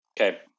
Okay